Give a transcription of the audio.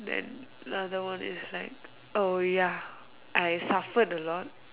then another one is like oh ya I suffered a lot